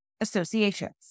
associations